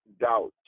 doubt